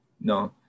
no